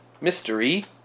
Mystery